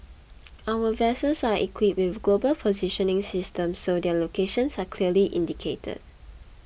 our vessels are equipped with global positioning systems so their locations are clearly indicated